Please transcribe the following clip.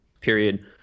period